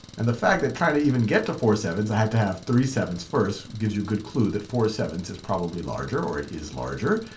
and the fact that trying to even get to four seven i had to have three seven first gives you good clue that four seven is probably larger, or it is larger.